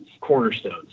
cornerstones